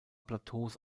plateaus